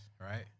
right